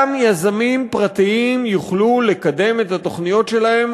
גם יזמים פרטיים יוכלו לקדם את התוכניות שלהם